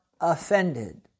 offended